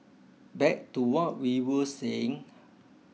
back to what we were saying